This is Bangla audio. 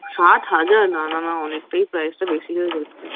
ষাট হাজার না না না অনেকটাই প্রাইজটা বেশি হয়ে যাচ্ছে